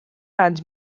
anys